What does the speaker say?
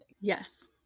Yes